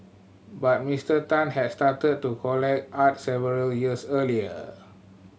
but Mister Tan had started to collect art several years earlier